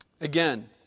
Again